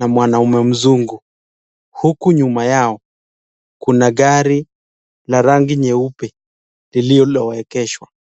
na mwanaume mzungu. Huku nyuma yao kuna gari la rangi nyeupe lilioegeshwa.